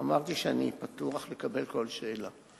אין בעיה, אמרתי שאני פתוח לקבל כל שאלה.